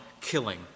killing